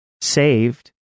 saved